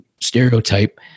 stereotype